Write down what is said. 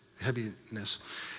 heaviness